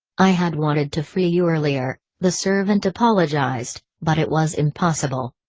i had wanted to free you earlier, the servant apologized, but it was impossible.